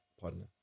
partner